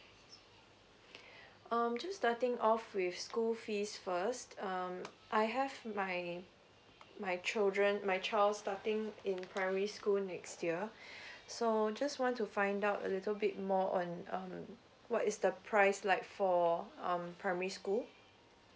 um just starting off with school fees first um I have my my children my child's starting in primary school next year so just want to find out a little bit more on um what is the price like for um primary school